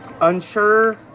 Unsure